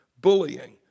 bullying